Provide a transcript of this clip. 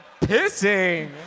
pissing